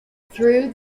through